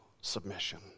submission